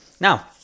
Now